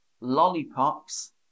lollipops